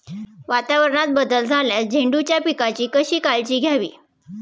वातावरणात बदल झाल्यास झेंडूच्या पिकाची कशी काळजी घ्यावी?